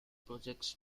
projects